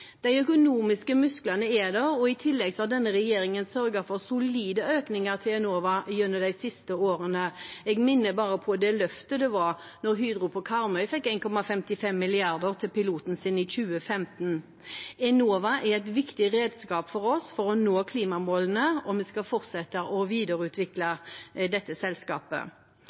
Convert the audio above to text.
de kan videreføres globalt. De økonomiske musklene er der, og i tillegg har denne regjeringen sørget for solide økninger til Enova gjennom de siste årene. Jeg minner bare om det løftet det var da Hydro på Karmøy fikk 1,55 mrd. kr til piloten sin i 2015. Enova er et viktig redskap for oss for å nå klimamålene, og vi skal fortsette å videreutvikle dette selskapet.